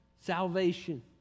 salvation